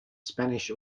spanish